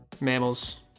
Mammals